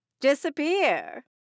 disappear